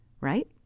right